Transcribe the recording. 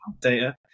data